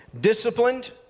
disciplined